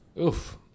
Oof